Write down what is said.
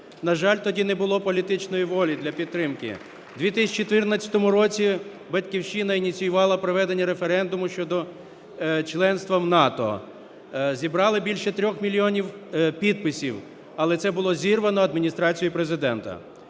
На жаль, тоді не було політичної волі для підтримки. В 2014 році "Батьківщина" ініціювала проведення референдуму щодо членства в НАТО, зібрали більше 3 мільйонів підписів, але це було зірвано Адміністрацією Президента.